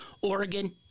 Oregon